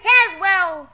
Caswell